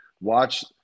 watch